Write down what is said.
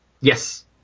Yes